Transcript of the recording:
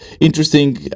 interesting